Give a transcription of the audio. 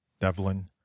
devlin